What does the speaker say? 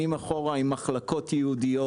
עם מחלקות ייעודיות,